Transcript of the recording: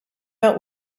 out